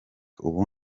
ubu